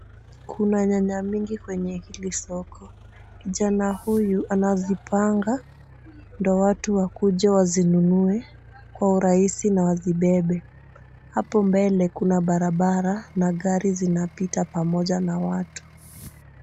Kuna nyanya mingi kwenye hili soko. Kijana huyu anazipanga ndio watu wakuje wazinunue kwa urahisi na wazibebe. Hapo mbele kuna barabara na gari zinapita pamoja na watu.